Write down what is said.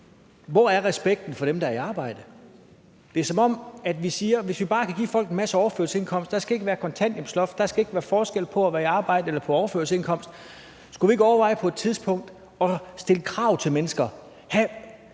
hvor er respekten for dem, der er i arbejde? Det er, som om vi siger, at vi bare kan give folk en masse i overførselsindkomst, at der ikke skal være et kontanthjælpsloft, at der ikke skal være forskel på at være i arbejde og på overførselsindkomst. Skulle vi ikke overveje på et tidspunkt at stille krav til mennesker